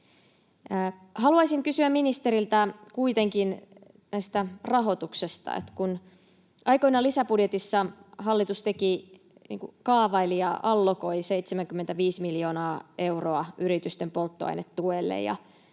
Haluaisin kysyä ministeriltä kuitenkin tästä rahoituksesta, että kun aikoinaan lisäbudjetissa hallitus kaavaili ja allokoi 75 miljoonaa euroa yritysten polttoainetuelle,